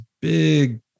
big